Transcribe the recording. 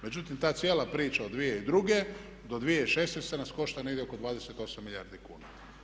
Međutim, ta cijela priča od 2002. do 2016. nas košta negdje oko 28 milijardi kuna.